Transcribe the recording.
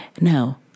Now